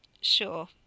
Sure